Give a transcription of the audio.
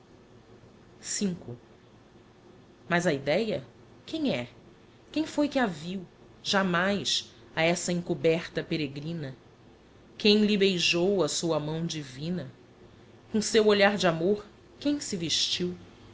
v mas a idea quem é quem foi que a vio jámais a essa encoberta peregrina quem lhe beijou a sua mão divina com seu olhar de amor quem se vestio